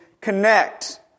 connect